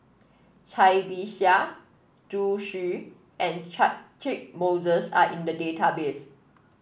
Cai Bixia Zhu Xu and Catchick Moses are in the database